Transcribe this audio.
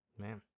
man